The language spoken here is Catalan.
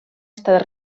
estat